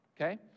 Okay